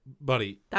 buddy